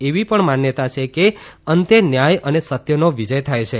એવી પણ માન્યતા છે કે અંતે ન્યાય અને સત્યનો વિજય થાય છે